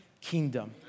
kingdom